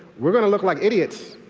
we're going to look like idiots.